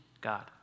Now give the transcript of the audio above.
God